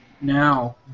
Now